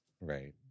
right